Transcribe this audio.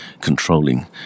controlling